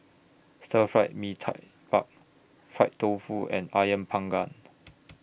Stir Fried Mee Tai Mak Far Fried Tofu and Ayam Panggang